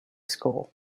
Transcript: school